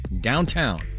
downtown